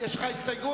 יש לך הסתייגות?